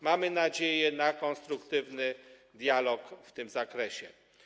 Mamy nadzieję na konstruktywny dialog w tym zakresie.